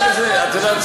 הרי את יודעת,